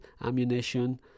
ammunition